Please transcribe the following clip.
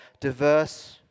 diverse